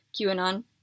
QAnon